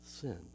sin